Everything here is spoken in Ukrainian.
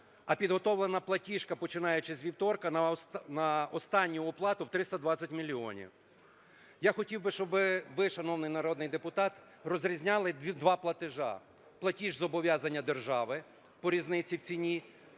а підготовлена платіжка, починаючи з вівторка, на останню оплату в 320 мільйонів. Я хотів би, щоби ви, шановний народний депутат, розрізняли два платежі: платіж-зобов'язання держави по різниці в ціні